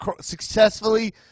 successfully